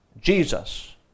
Jesus